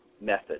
method